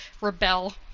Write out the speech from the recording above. rebel